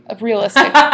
realistic